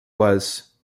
was